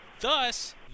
Thus